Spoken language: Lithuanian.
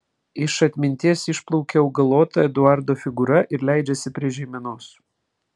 iš atminties išplaukia augalota eduardo figūra ir leidžiasi prie žeimenos